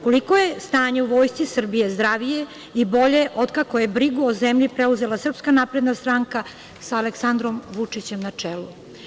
Koliko je stanje u Vojsci Srbije zdravije i bolje od kada je brigu o zemlji preuzeo SNS sa Aleksandrom Vučićem na čelu.